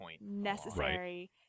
necessary